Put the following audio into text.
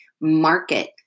market